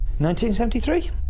1973